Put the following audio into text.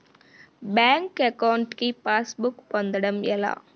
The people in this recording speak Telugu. బ్యాంక్ అకౌంట్ కి పాస్ బుక్ పొందడం ఎలా?